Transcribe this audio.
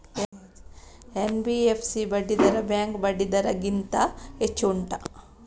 NBFC ಬಡ್ಡಿ ದರ bank ಬಡ್ಡಿ ದರ ಗಿಂತ ಹೆಚ್ಚು ಉಂಟಾ